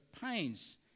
pains